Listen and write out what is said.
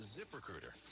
ZipRecruiter